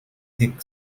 thick